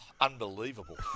unbelievable